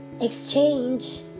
exchange